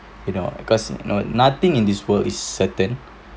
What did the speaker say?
you know cause you know nothing in this world is certain